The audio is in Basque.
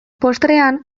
postrean